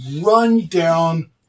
run-down